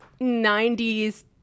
90s